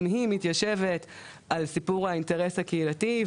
היא מתיישבת עם סיפור האינטרס הקהילתי.